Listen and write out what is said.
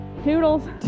Toodles